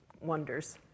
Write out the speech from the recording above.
wonders